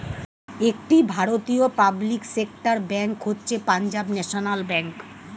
একটি ভারতীয় public sector bank হচ্ছে পাঞ্জাব ন্যাশনাল ব্যাঙ্ক